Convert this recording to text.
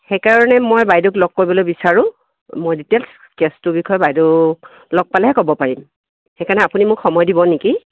সেইকাৰণে মই বাইদেউক লগ কৰিবলৈ বিচাৰোঁ মই ডিটেইলছ কেছটোৰ বিষয়ে বাইদেউক লগ পালেহে ক'ব পাৰিম সেইকাৰণে আপুনি মোক সময় দিব নেকি